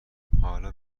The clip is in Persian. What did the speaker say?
حالا